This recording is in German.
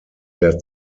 der